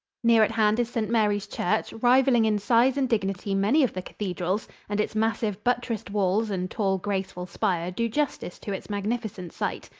near at hand is st. mary's church, rivaling in size and dignity many of the cathedrals, and its massive, buttressed walls and tall, graceful spire do justice to its magnificent site.